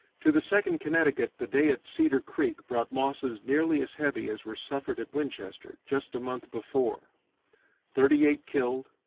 to the second connecticut the day at cedar creek brought losses nearly as heavy as were suffered at winchester just a month before thirty-eight killed,